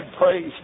praise